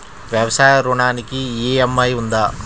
వ్యవసాయ ఋణానికి ఈ.ఎం.ఐ ఉందా?